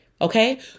okay